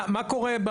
מה קורה?